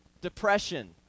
Depression